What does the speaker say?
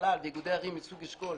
בכלל ואיגודי ערים מסוג אשכול,